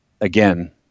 again